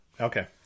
Okay